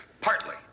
Partly